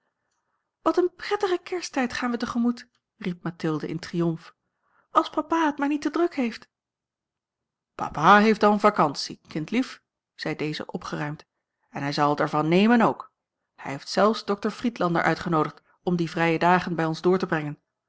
wat een prettigen kersttijd gaan we te gemoet riep mathilde in triomf als papa het maar niet te druk heeft papa heeft dan vacantie kindlief zei deze opgeruimd en hij zal het er van nemen ook hij heeft zelfs dokter friedlander uitgenoodigd om die vrije dagen bij ons door te brengen